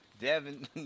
Devin